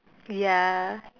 ya